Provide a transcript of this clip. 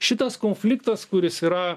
šitas konfliktas kuris yra